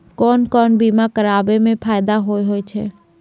कोन कोन बीमा कराबै मे फायदा होय होय छै?